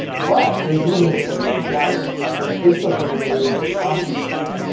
but, they do need a place to gather and a facebook group is a really great option for this.